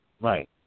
Right